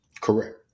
Correct